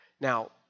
Now